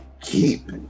Keep